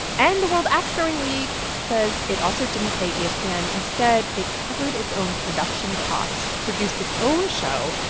and the world axe throwing league says it also didn't pay espn. instead, it covered its own production cost, produced its own show,